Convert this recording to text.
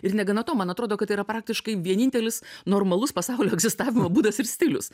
ir negana to man atrodo kad tai yra praktiškai vienintelis normalus pasaulio egzistavimo būdas ir stilius